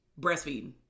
breastfeeding